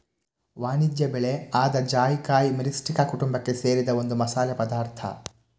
ವಾಣಿಜ್ಯ ಬೆಳೆ ಆದ ಜಾಯಿಕಾಯಿ ಮಿರಿಸ್ಟಿಕಾ ಕುಟುಂಬಕ್ಕೆ ಸೇರಿದ ಒಂದು ಮಸಾಲೆ ಪದಾರ್ಥ